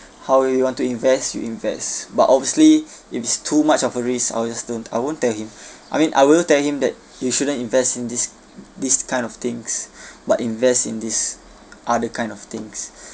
how will you want to invest you invest but obviously if is too much of a risk I'll just don't I won't tell him I mean I will tell him that you shouldn't invest in these these kind of things but invest in these other kind of things